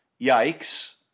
Yikes